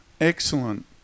excellent